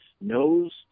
knows